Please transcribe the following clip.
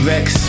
Vex